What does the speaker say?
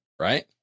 right